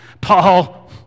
Paul